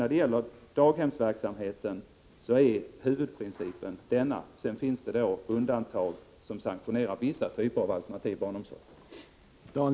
I fråga om daghemsverksamheten är huvudprincipen denna. Sedan finns det undantag som sanktionerar vissa typer av alternativ barnomsorg.